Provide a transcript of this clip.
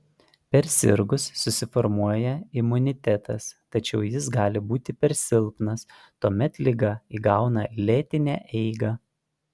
persirgus susiformuoja imunitetas tačiau jis gali būti per silpnas tuomet liga įgauna lėtinę eigą